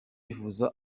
yifuza